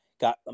got